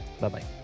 bye-bye